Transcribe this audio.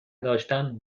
داشتن